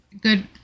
good